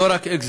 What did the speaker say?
לא רק אקזיטים.